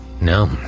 No